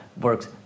works